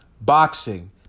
boxing